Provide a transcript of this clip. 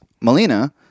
Melina